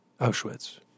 Auschwitz